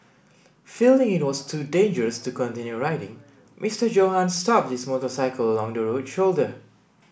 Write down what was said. feeling it was too dangerous to continue riding Mister Johann stopped his motorcycle along the road shoulder